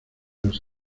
los